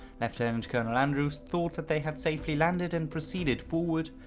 lieutenant-colonel andrews thought that they had safely landed and proceeded forward,